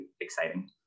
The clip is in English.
exciting